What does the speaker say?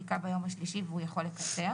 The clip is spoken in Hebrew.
בדיקה ביום השלישי והוא יכול לקצר,